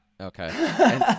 Okay